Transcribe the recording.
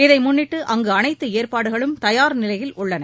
இதை முன்னிட்டு அங்கு அனைத்து ஏற்பாடுகளும் தயார் நிலையில் உள்ளன